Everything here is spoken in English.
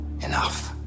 Enough